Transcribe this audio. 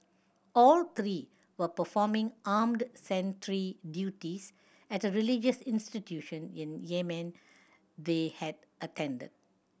all three were performing armed sentry duties at a religious institution in Yemen they had attended